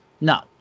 No